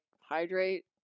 hydrate